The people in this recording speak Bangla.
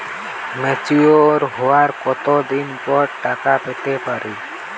ম্যাচিওর হওয়ার কত দিন পর টাকা পেতে পারি?